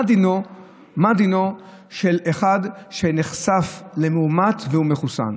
מה דינו של אחד שנחשף למאומת והוא מחוסן?